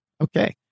Okay